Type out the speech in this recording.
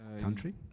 country